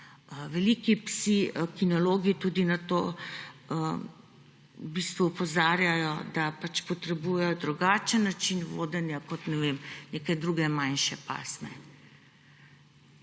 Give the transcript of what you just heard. Veliki psi, kinologi tudi na to opozarjajo, potrebujejo drugačen način vodenja kot, ne vem, neke druge manjše pasme.